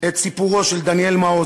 את סיפורו של דניאל מעוז,